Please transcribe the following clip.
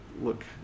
look